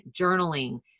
journaling